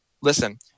Listen